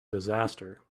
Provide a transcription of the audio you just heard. disaster